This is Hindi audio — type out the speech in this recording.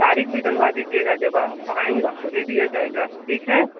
तारीख़ भी डलवा दीजिएगा जब आप आएंगे तो दे दिया जाएगा ठीक है